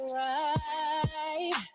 right